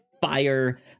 fire